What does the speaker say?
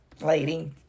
lady